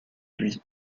lui